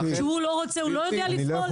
כשהוא לא רוצה הוא לא יודע לפעול?